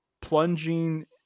plunging